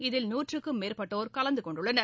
இதில் நூற்றுக்கும் மேற்பட்டோர் கலந்து கொண்டுள்ளனர்